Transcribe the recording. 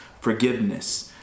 forgiveness